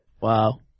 Wow